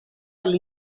alle